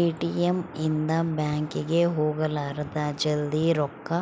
ATM ಇಂದ bank ಗೆ ಹೋಗಲಾರದ ಜಲ್ದೀ ರೊಕ್ಕ